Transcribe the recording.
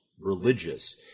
religious